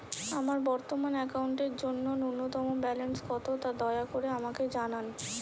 আমার বর্তমান অ্যাকাউন্টের জন্য ন্যূনতম ব্যালেন্স কত তা দয়া করে আমাকে জানান